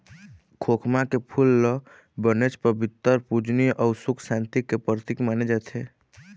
खोखमा के फूल ल बनेच पबित्तर, पूजनीय अउ सुख सांति के परतिक माने जाथे